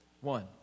One